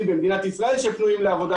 במדינת ישראל שפנויים לעבודה בענף הסיעוד.